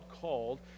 called